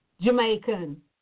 Jamaican